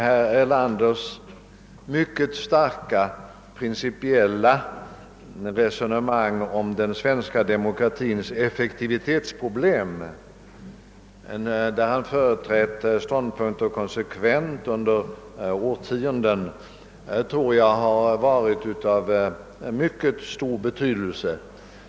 Herr Erlanders mycket övertygande resonemang om den svenska demokratins effektivitetsproblem, där han företrätt samma ståndpunkt konsekvent under årtionden, tror jag har varit av mycket stor betydelse.